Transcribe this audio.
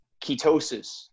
ketosis